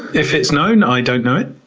if it's known, i don't know it.